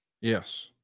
Yes